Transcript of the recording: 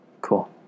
Cool